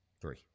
Three